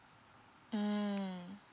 mm